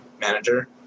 manager